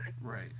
Right